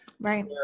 right